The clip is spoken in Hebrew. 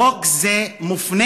חוק זה מופנה,